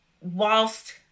whilst